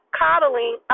coddling